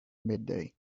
midday